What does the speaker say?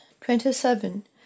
twenty-seven